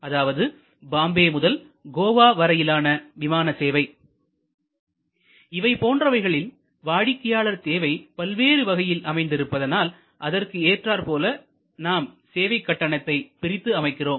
அதாவது பாம்பே முதல் கோவா வரையிலான விமான சேவை இவை போன்றவைகளில் வாடிக்கையாளர் தேவை பல்வேறு வகையில் அமைந்திருப்பதனால் அதற்கு ஏற்றார் போல நாம் சேவை கட்டணத்தை பிரித்து அமைக்கிறோம்